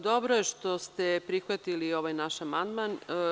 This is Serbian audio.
Dobro je što ste prihvatili ovaj naš amandman.